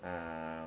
ah